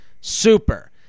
super